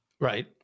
right